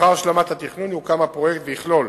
לאחר השלמת התכנון יוקם הפרויקט ויכלול